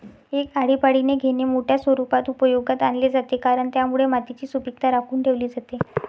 एक आळीपाळीने घेणे मोठ्या स्वरूपात उपयोगात आणले जाते, कारण त्यामुळे मातीची सुपीकता राखून ठेवली जाते